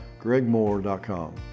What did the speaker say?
gregmoore.com